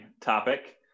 topic